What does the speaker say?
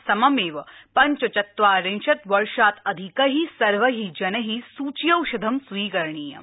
सममेव पञ्चचत्वारिशत् वर्षात् अधिकै सर्वै जनै सूच्यौषधं स्वीकरणीयम्